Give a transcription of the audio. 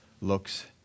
looks